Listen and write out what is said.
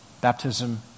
baptism